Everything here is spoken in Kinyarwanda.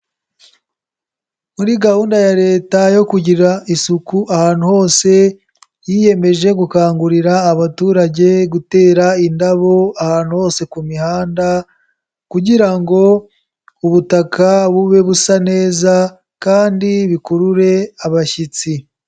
Muri gahunda ya Leta yo kugira isuku ahantu hose, yiyemeje gukangurira abaturage gutera indabo ahantu hose ku mihanda, kugira ngo ubutaka bube busa neza kandi bikurure abashyitsi.